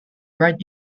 ride